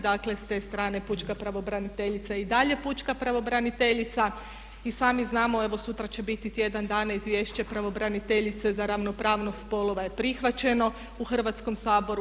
Dakle, s te strane pučka pravobraniteljica i dalje je pučka pravobraniteljica i sami znamo, evo sutra će biti tjedan dana izvješće pravobraniteljice za ravnopravnost spolova je prihvaćeno u Hrvatskom saboru.